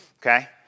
Okay